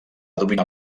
dominar